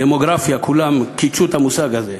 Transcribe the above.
דמוגרפיה כולם קידשו את המושג הזה.